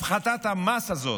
הפחתת המס הזאת,